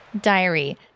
diary